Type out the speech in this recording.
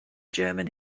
german